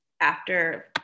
after-